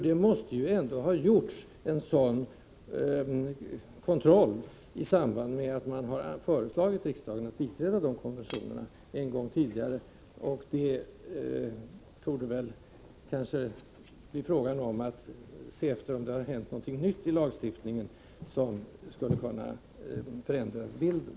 Det måste ändå ha gjorts en sådan kontroll isamband med att man föreslagit riksdagen att biträda dessa konventioner en gång tidigare. Det torde väl nu bli fråga om att se efter om det har hänt någonting nytt i lagstiftningen som skulle kunna förändra bilden.